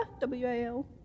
W-A-L